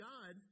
God